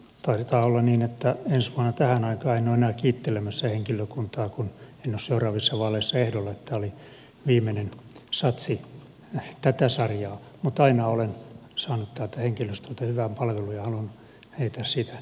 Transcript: taitaa olla niin että ensi vuonna tähän aikaan en ole enää kiittelemässä henkilökuntaa kun minä en ole seuraavissa vaaleissa ehdolla niin että tämä oli viimeinen satsi tätä sarjaa mutta aina olen saanut täältä henkilöstöltä hyvää palvelua ja haluan heitä siitä kiittää